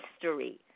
history